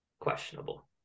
questionable